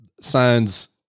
signs